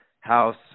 house